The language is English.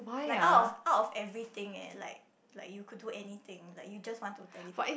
like out of out of everything eh like like you could do anything like you just want to teleport